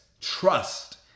trust